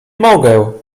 mogę